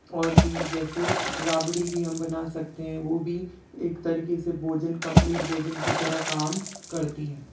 और भी जैसे रबड़ी भी हम बना सकते हैं वह भी एक तरीके से भोजन कम्प्लीट भोजन की तरह काम करती है